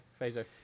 phaser